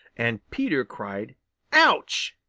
and peter cried ouch!